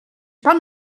pan